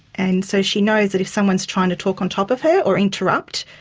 and so she knows that if someone is trying to talk on top of her or interrupt,